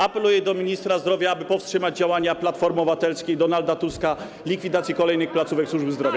Apeluję do ministra zdrowia, aby powstrzymać działania Platformy Obywatelskiej, Donalda Tuska dotyczące likwidacji kolejnych placówek służby zdrowia.